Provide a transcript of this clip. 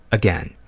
again.